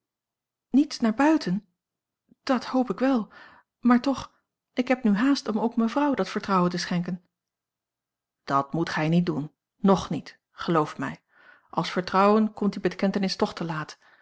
niets naar buiten dat hoop ik wel maar toch ik heb nu haast om ook mevrouw dat vertrouwen te schenken dat moet gij niet doen ng niet geloof mij als vertrouwen komt die bekentenis toch te laat